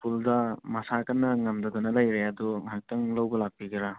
ꯁ꯭ꯀꯨꯜꯗ ꯃꯁꯥ ꯀꯟꯅ ꯉꯝꯗꯗꯅ ꯂꯩꯔꯦ ꯑꯗꯨ ꯉꯥꯏꯍꯥꯛꯇꯪ ꯂꯧꯕ ꯂꯥꯛꯄꯤꯒꯦꯔꯥ